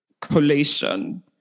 collation